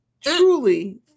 truly